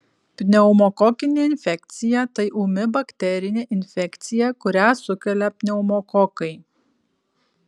pneumokokinė infekcija tai ūmi bakterinė infekcija kurią sukelia pneumokokai